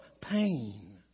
pain